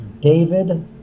David